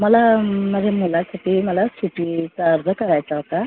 मला माझ्या मुलासाठी मला सुट्टीचा अर्ज करायचा होता